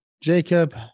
Jacob